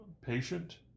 patient